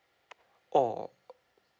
orh